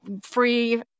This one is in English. free